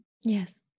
Yes